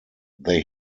they